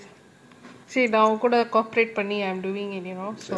sit down அவன்கூட:avan kooda coperate பண்ணி:panni I'm doing it you know